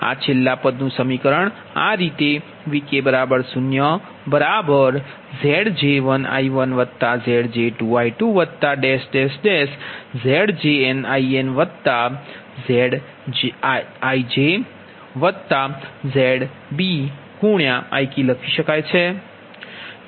આ છેલ્લા પદનુ સમીકરણ આ રીતે Vk0Zj1I1Zj2I2ZjjIjZjnInZjjZbIk લખી શકાય છે